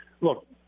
Look